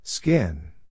Skin